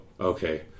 okay